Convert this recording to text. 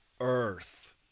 earth